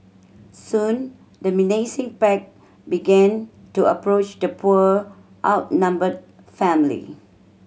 soon the menacing pack began to approach the poor outnumbered family